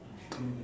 to